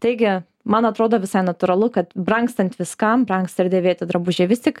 taigi man atrodo visai natūralu kad brangstant viskam brangsta ir dėvėti drabužiai vis tik